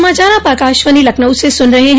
यह समाचार आप आकाशवाणी लखनऊ से सुन रहे हैं